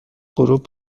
غروب